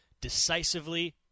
decisively